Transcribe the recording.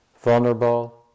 vulnerable